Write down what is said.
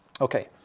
Okay